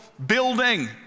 building